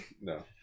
No